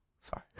Sorry